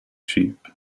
sheep